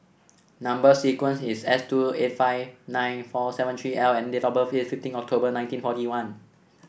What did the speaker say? number sequence is S two eight five nine four seven three L and date of birth is fifteen October nineteen forty one